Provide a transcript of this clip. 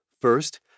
First